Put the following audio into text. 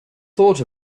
thought